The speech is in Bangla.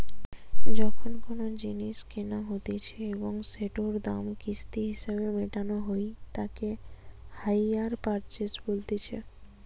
যখন কোনো জিনিস কেনা হতিছে এবং সেটোর দাম কিস্তি হিসেবে মেটানো হই তাকে হাইয়ার পারচেস বলতিছে